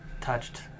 touched